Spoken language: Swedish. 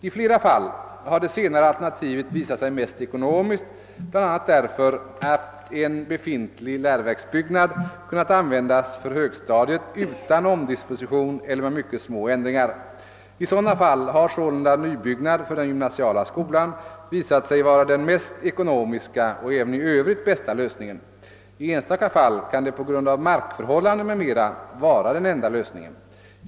I flera fall har det senare alternativet visat sig mest ekonomiskt, bl.a. därför att en befintlig läroverksbyggnad kunnat användas för högstadiet utan omdisposition eller med mycket små ändringar. I sådana fall har sålunda nybyggnad för den gymnasiala skolan visat sig vara den mest ekonomiska och även i övrigt bästa lösningen. I enstaka fall kan det på grund av markförhållanden m.m. vara den enda lösningen.